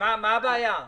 מה הבעיה?